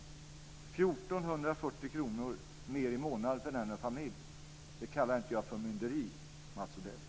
1 440 kr mer i månaden för denna familj. Det kallar inte jag förmynderi, Mats Odell.